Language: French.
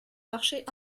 marché